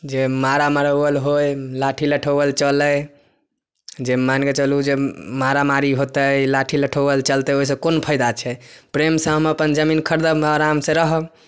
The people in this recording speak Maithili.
जे मारा मरौवल होइ लाठी लठौवल चलै जे मानि कऽ चलू जे मारा मारी होतै लाठी लठौवल चलतै ओहिसँ कोन फाइदा छै प्रेम सँ हम अपन जमीन खरीदब आराम से रहब